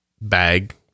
bag